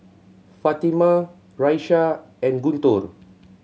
Fatimah Raisya and Guntur